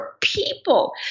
people